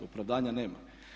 Opravdanja nema.